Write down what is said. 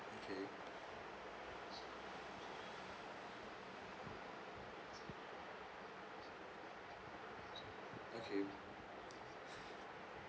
okay okay